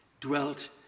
dwelt